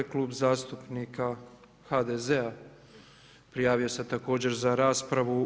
Klub zastupnika HDZ-a prijavio se također za raspravu.